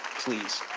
please.